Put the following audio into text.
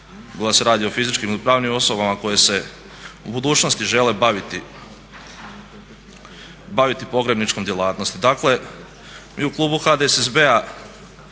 kada se radi o fizičkim i pravnim osobama koje se u budućnosti žele baviti pogrebničkom djelatnošću. Dakle mi u klubu HDSSB-a